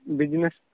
business